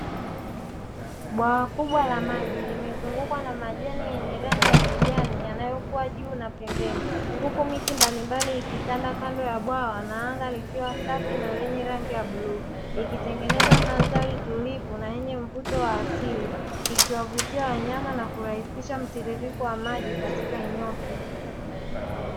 Bwawa kubwa la maji limezungukwa na majani yenye rangi ya kijani yanayokua juu na pembeni. Huku miti mbalimbali ikitanda kando ya bwana na anga likiwa safi na lenye rangi ya bluu, ikitengeneza mandhari tulivu na yenye mvuto wa asili, ikiwavutia wanyama na kuhakikisha mtitiko wa maji katika eneo hilo.